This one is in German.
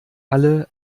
alle